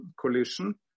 collision